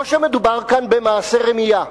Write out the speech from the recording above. או שמדובר כאן במעשה רמייה,